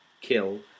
kill